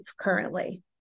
currently